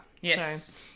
yes